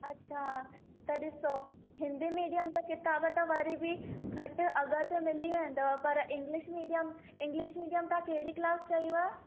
अच्छा त ॾिसो हिंदी मीडियम त किताब त वरी बि घटि अघु ते मिली वेंदव पर इंग्लिश मीडियम इंग्लिश मीडियम तव्हां कहिड़ी क्लास चई व